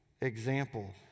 example